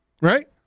right